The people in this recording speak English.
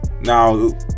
Now